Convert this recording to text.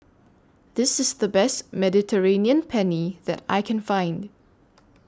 This IS The Best Mediterranean Penne that I Can Find